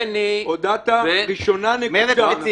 הודעת על קריאה ראשונה, נקודה.